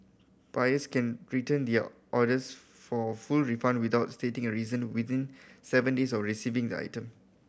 buyers can return their orders for a full refund without stating a reason within seven days of receiving the item